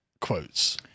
quotes